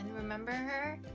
remember her?